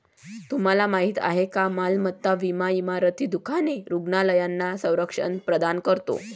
तुम्हाला माहिती आहे का मालमत्ता विमा इमारती, दुकाने, रुग्णालयांना संरक्षण प्रदान करतो